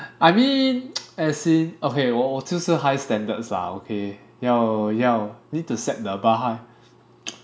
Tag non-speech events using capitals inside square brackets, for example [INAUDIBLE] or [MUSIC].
I mean [NOISE] as in okay 我我就是 high standards lah okay 要要 need to set the bar high